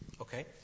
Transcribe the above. Okay